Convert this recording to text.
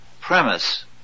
premise